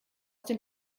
dem